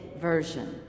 version